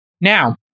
Now